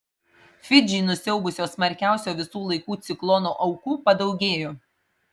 fidžį nusiaubusio smarkiausio visų laikų ciklono aukų padaugėjo